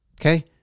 okay